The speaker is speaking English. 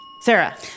Sarah